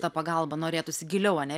ta pagalba norėtųsi giliau ane